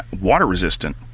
water-resistant